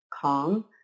calm